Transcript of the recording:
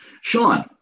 Sean